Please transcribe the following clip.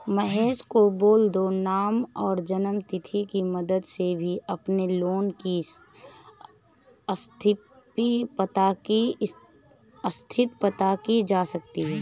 महेश को बोल दो नाम और जन्म तिथि की मदद से भी अपने लोन की स्थति पता की जा सकती है